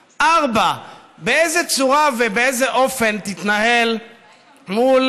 4. באיזו צורה ובאיזה אופן תתנהל מול